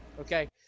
Okay